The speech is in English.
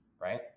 Right